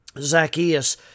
Zacchaeus